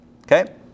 Okay